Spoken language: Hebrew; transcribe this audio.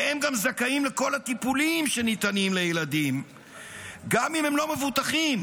והם גם זכאים לכל הטיפולים שניתנים לילדים גם אם הם לא מבוטחים.